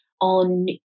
on